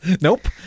Nope